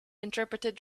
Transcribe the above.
interpreted